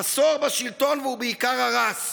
עשור בשלטון, והוא בעיקר הרס,